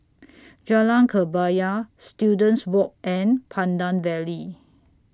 Jalan Kebaya Students Walk and Pandan Valley